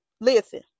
Listen